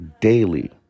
daily